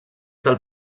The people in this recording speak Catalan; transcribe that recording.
del